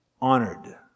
honored